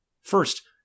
First